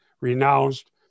renounced